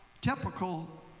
Typical